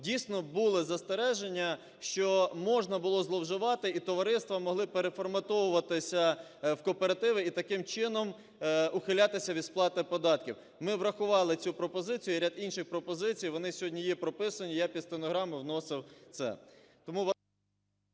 дійсно, були застереження, що можна було зловживати і товариства могли переформатовуватися в кооперативи, і таким чином ухилятися від сплати податків. Ми врахували цю пропозицію і ряд інших пропозицій, вони сьогодні є прописані, я під стенограму вносив це.